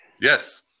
Yes